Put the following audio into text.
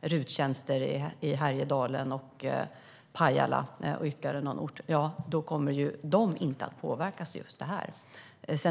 RUT-tjänster i Härjedalen, Pajala och ytterligare någon ort - att de äldre inte kommer att påverkas av den här ändringen.